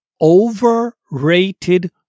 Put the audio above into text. overrated